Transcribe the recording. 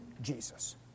Jesus